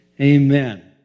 Amen